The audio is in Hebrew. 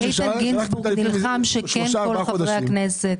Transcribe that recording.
איתן גינזבורג נלחם שכן כל חברי הכנסת.